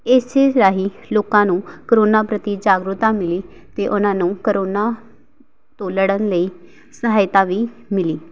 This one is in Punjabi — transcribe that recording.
ਇਸ ਰਾਹੀਂ ਲੋਕਾਂ ਨੂੰ ਕਰੋਨਾ ਪ੍ਰਤੀ ਜਾਗਰੂਕਤਾ ਮਿਲੀ ਅਤੇ ਉਹਨਾਂ ਨੂੰ ਕਰੋਨਾ ਤੋਂ ਲੜਨ ਲਈ ਸਹਾਇਤਾ ਵੀ ਮਿਲੀ